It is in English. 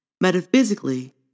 Metaphysically